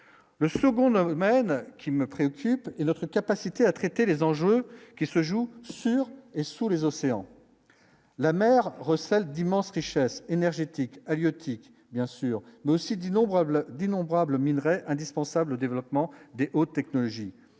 le second d'un domaine qui me préoccupe et notre capacité à traiter les enjeux qui se jouent. Sur et sous les océans, la mer recèle d'immenses richesses énergétiques, halieutiques, bien sûr, mais aussi d'innombrables d'innombrables minerais indispensables, développement de haute technologie,